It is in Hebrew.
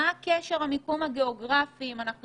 מה הקשר בין המיקום גיאוגרפי אם אנחנו